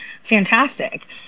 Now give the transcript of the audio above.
Fantastic